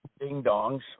ding-dongs